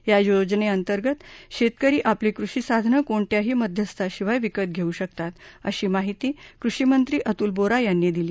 या योजनेअंतर्गत शेतकरी आपली कृषी साधनं कोणत्याही मध्यस्था शिवाय विकत घेऊ शकतात अशी माहिती कृषी मंत्री अतुल बोरा यांनी दिली